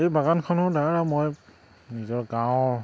এই বাগানখনৰ দ্বাৰা মই নিজৰ গাঁৱৰ